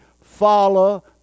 follow